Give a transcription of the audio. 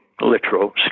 literal